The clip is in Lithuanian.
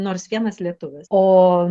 nors vienas lietuvis o